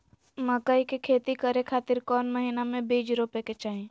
मकई के खेती करें खातिर कौन महीना में बीज रोपे के चाही?